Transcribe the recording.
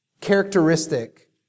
characteristic